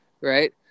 right